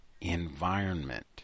environment